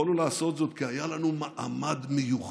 יכולנו לעשות זאת כי היה לנו מעמד מיוחד.